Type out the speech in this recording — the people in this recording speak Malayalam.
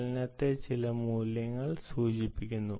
ചലനത്തെ ചിലമൂല്യങ്ങൾ സൂചിപ്പിക്കുന്നു